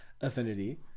affinity